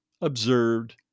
observed